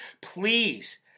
please